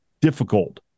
difficult